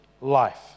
life